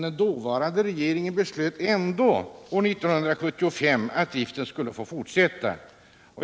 Den dåvarande regeringen beslöt ändå år 1975 att driften skulle få fortsätta.